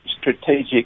strategic